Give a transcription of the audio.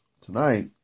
tonight